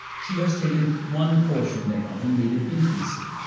she has taken one portion thereof and made it infancy,